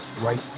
right